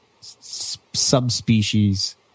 subspecies